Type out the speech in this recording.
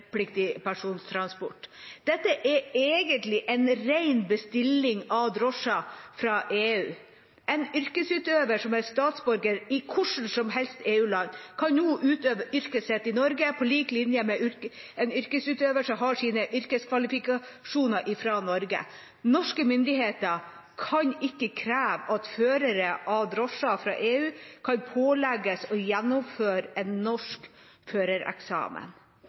løyvepliktig persontransport. Dette er egentlig en ren bestilling av drosjer fra EU. En yrkesutøver som er statsborger i et hvilket som helst EU-land, kan nå utøve yrket sitt i Norge på lik linje med en yrkesutøver som har sine yrkeskvalifikasjoner fra Norge. Norske myndigheter kan ikke kreve at førere av drosjer fra EU kan pålegges å gjennomføre en norsk førereksamen.